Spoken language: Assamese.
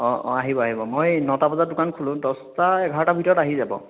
অ' অ' আহিব আহিব মই নটা বজাত দোকান খোলোঁ দহটা এঘাৰটা ভিতৰত আহি যাব